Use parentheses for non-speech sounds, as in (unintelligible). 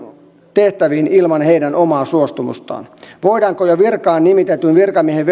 tehtäviin ilman heidän omaa suostumustaan voidaanko jo virkaan nimitetyn virkamiehen (unintelligible)